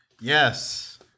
Yes